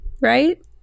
right